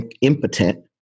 impotent